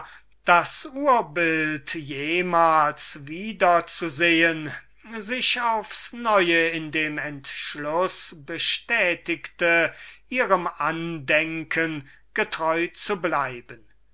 das urbild jemals wieder zu sehen sich aufs neue in dem entschluß bestätigte ihrem andenken getreu zu bleiben